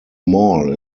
mall